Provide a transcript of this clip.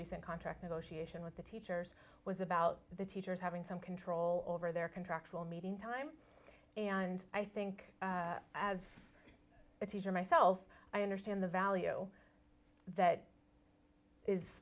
recent contract negotiation with the teachers was about the teachers having some control over their contractual meeting time and i think as a teacher myself i understand the value that is